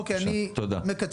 אוקיי, אני מקצר.